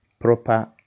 proper